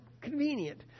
convenient